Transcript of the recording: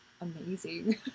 amazing